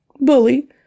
bully